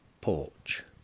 porch